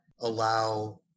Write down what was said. allow